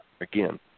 Again